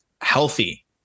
healthy